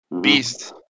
Beast